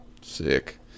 sick